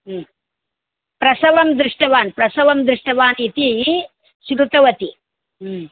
प्रसवं दृष्टवान् प्रसवं दृष्टवान् इति श्रुतवती